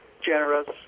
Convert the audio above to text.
generous